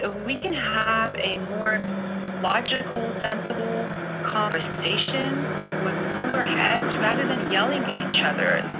ah we can have a more logical, sensible conversation with cooler heads rather than yelling at each other.